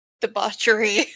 Debauchery